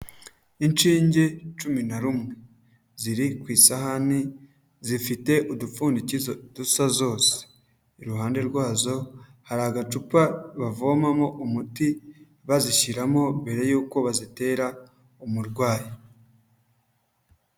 Inshinge cumi na rumwe ziri ku isahani zifite udupfundikizo dusa zose, iruhande rwazo hari agacupa bavomamo umuti bazishyiramo mbere yuko bazitera umurwayi.